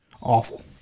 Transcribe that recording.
Awful